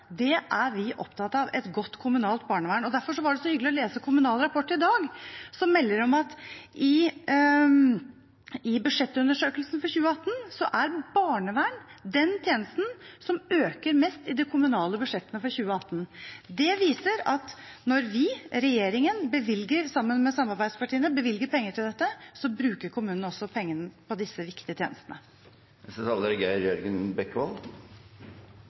et godt kommunalt barnevern er vi opptatt av. Derfor var det så hyggelig å lese Kommunal Rapport i dag, som melder om at i budsjettundersøkelsen for 2018 er barnevern den tjenesten som øker mest i de kommunale budsjettene for 2018. Det viser at når regjeringen sammen med samarbeidspartiene bevilger penger til dette, bruker kommunene også pengene på disse viktige tjenestene. Det er